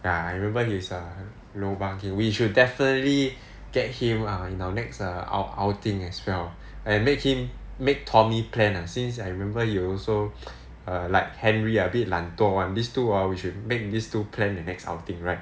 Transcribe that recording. ya I remember he's a lobang king we should definitely get him in our next outing as well and make him make tommy plan ah since I remember he also like henry a bit 懒惰 [one] these two hor we should make these two plan the next outing right